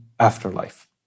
afterlife